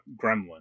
gremlin